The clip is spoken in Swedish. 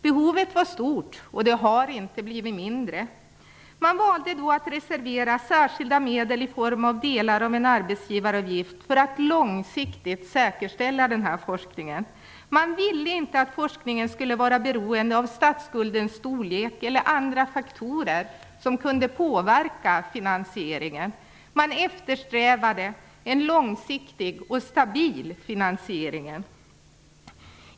Behovet var stort, och det har inte blivit mindre. Man valde då att reservera särskilda medel i form av delar av en arbetsgivaravgift för att långsiktigt säkerställa den här forskningen. Man ville inte att forskningen skulle vara beroende av statsskuldens storlek eller andra faktorer som kunde påverka finansieringen. Man eftersträvade en långsiktig och stabil finansiering.